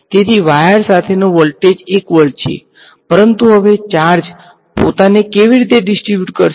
તેથી વાયર સાથેનો voltage 1 volt છે પરંતુ હવે ચાર્જ પોતાને કેવી રીતે ડીસ્ટ્રીબ્યુટ કરશે